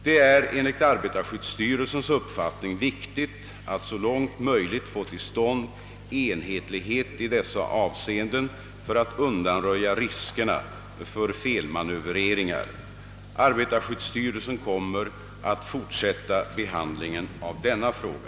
Det är enligt arbetarskyddsstyrelsens uppfattning viktigt att så långt möjligt få till stånd enhetlighet i dessa avseenden för att undanröja riskerna för felmanövreringar. Arbetarskyddsstyrelsen kommer att fortsätta behandlingen av denna ifråga.